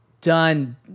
done